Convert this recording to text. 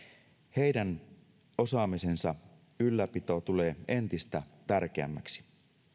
heidän osaamisensa ylläpito tulee entistä tärkeämmäksi